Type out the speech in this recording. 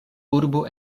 urbo